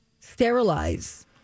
sterilize